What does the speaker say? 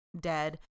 dead